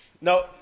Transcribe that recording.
No